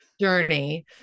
Journey